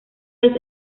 vez